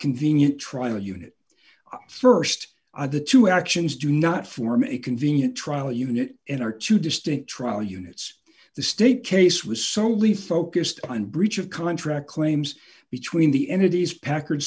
convenient try a unit first of the two actions do not form a convenient trial unit in our two distinct trial units the state case was solely focused on breach of contract claims between the energies packard